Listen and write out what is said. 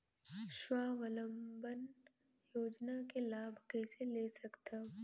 स्वावलंबन योजना के लाभ कइसे ले सकथव?